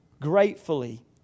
gratefully